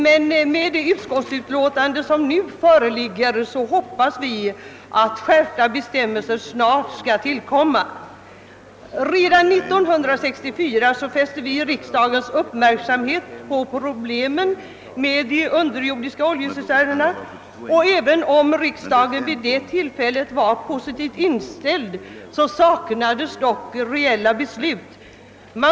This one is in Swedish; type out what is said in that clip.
Men med det nu framlagda utskottsutlåtandet hoppas vi att skärpta bestämmelser snart skall tillkomma. Redan 1964 fäste vi riksdagens uppmärksamhet på problemen med de underjordiska oljecisternerna. även om riksdagen vid det tillfället hade en positiv inställning blev dock inga reella beslut fattade.